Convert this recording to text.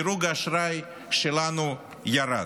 דירוג האשראי שלנו ירד.